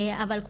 אבל,